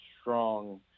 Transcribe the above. strong